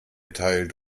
teilt